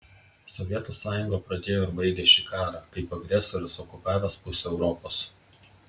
sovietų sąjunga pradėjo ir baigė šį karą kaip agresorius okupavęs pusę europos